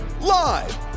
live